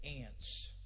ants